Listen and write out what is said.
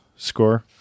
Score